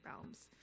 realms